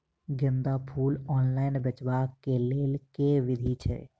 गेंदा फूल ऑनलाइन बेचबाक केँ लेल केँ विधि छैय?